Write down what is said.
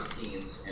teams